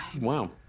Wow